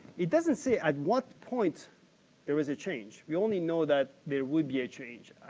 it doesn't say at what point it was a change, we only know that there would be a change,